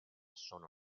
sono